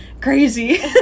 crazy